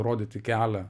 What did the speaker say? rodyti kelią